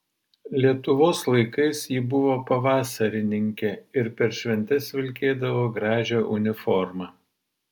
lietuvos laikais ji buvo pavasarininkė ir per šventes vilkėdavo gražią uniformą